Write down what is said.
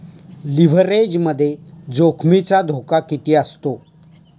लिव्हरेजमध्ये जोखमीचा धोका किती असतो?